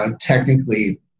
Technically